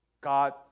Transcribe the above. God